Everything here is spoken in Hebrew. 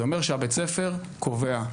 זה אומר שבית הספר קובע.